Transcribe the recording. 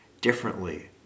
differently